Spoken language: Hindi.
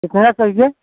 कितना चाहिए